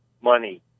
money